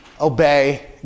obey